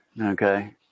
Okay